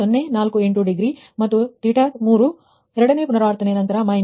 048 degree ಮತ್ತು θ3 ಎರಡನೇ ಪುನರಾವರ್ತನೆಯ ನಂತರ −2